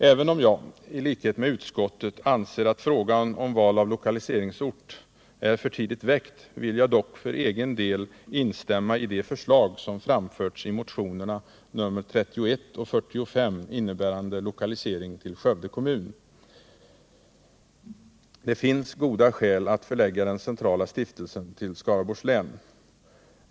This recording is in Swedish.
Även om jag — i likhet med utskottet — anser att frågan om val av lokaliseringsort är för tidigt väckt, vill jag dock för egen del instämma i det förslag som framförts i motionerna 31 och 45, innebärande en lokalisering till Skövde kommun. Det finns goda skäl för att förlägga den centrala stiftelsen till Skaraborgs län.